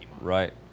Right